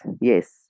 yes